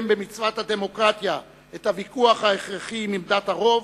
במצוות הדמוקרטיה את הוויכוח ההכרחי עם עמדת הרוב,